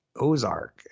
Ozark